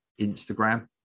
Instagram